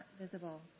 visible